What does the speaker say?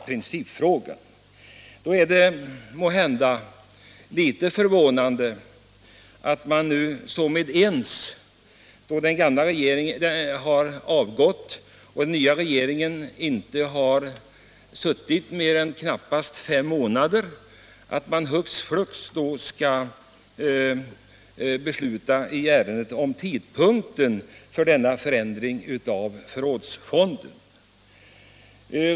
stälvsktrköio= RR Då är det litet förvånande att man när den gamla regeringen har avgått — Vägverkets förrådsoch den nya regeringen har suttit knappt fem månader skall hux flux fond besluta om tidpunkten för denna förändring av förrådsfonden.